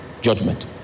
judgment